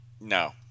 no